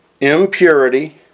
impurity